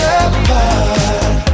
apart